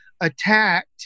attacked